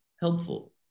helpful